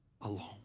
alone